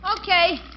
Okay